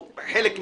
או חלק ממנה,